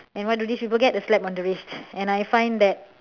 and what do these people get the slap on the wrists and I find that